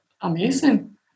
amazing